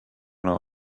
know